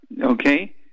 Okay